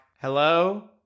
Hello